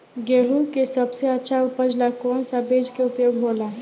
गेहूँ के सबसे अच्छा उपज ला कौन सा बिज के उपयोग होला?